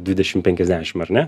dvidešim penkiasdešim ar ne taip